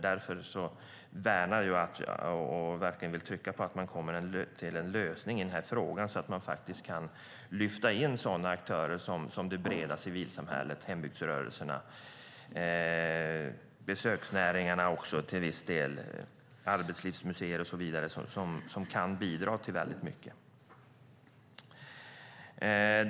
Därför vill jag verkligen trycka på att man måste komma fram till en lösning i den här frågan så att man kan lyfta in aktörer som det breda civilsamhället, hembygdsrörelserna, besöksnäringarna till viss del, arbetslivsmuseer och så vidare, för de kan bidra till mycket.